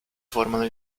formano